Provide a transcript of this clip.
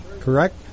correct